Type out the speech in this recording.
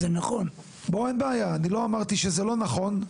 אני לא אמרתי שזה לא נכון,